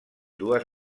dues